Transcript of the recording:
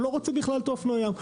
הוא בכלל לא רוצה את אופנועי הים.